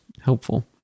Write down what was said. helpful